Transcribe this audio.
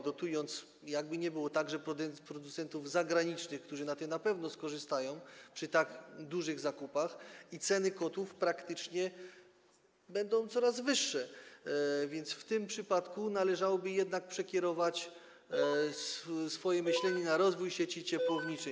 Dotowalibyśmy także producentów zagranicznych, którzy na tym na pewno skorzystają przy tak dużych zakupach, i ceny kotłów praktycznie będą coraz wyższe, więc w tym przypadku należałoby jednak przekierować swoje myślenie na rozwój sieci ciepłowniczej.